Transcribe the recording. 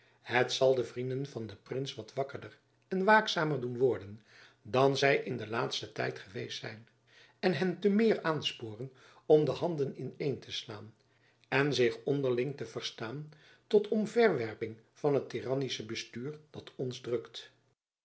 het zal de vrienden van den prins wat wakkerder en waakzamer doen worden dan zy in den laatsten tijd geweest zijn en hen te meer aansporen om de handen in een te slaan en zich onderling te verstaan tot omverwerping van het tyrannische bestuur dat ons drukt